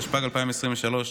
התשפ"ג 2023,